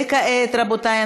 וכעת רבותי,